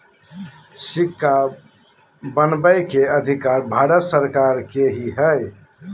सिक्का बनबै के अधिकार भारत सरकार के ही हइ